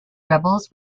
rebels